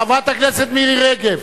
חברת הכנסת מירי רגב.